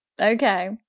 Okay